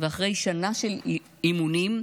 ואחרי שנה של אימונים,